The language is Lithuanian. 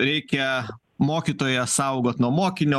reikia mokytoją saugot nuo mokinio